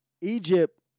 Egypt